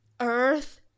Earth